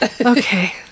Okay